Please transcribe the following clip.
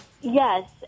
Yes